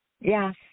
yes